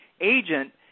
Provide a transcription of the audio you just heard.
agent